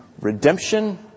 Redemption